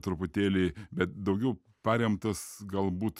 truputėlį bet daugiau paremtas galbūt